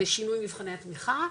בשינוי מבחני התמיכה,